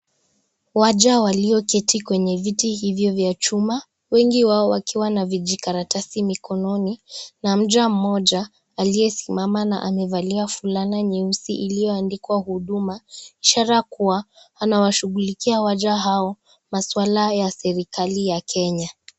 Waja walioketi kwenye viti hivyo vya chuma, wengi wao wakiwa na vijikaratasi mikononi na mja mmoja aliyesimama na amevalia fulana nyeusi ilioandikwa huduma, ishara kuwa anawashughulikia waja hao maswala ya serikali ya Kenya.